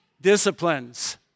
Disciplines